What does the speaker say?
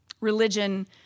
religion